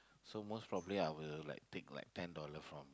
so most probably I will like take like ten dollar from